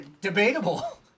Debatable